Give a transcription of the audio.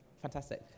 Fantastic